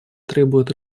требуют